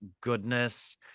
goodness